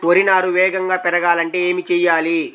వరి నారు వేగంగా పెరగాలంటే ఏమి చెయ్యాలి?